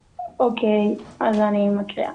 אוקיי, אני מקריאה.